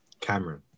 cameron